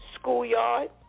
schoolyard